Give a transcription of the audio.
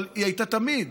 אבל היא הייתה תמיד.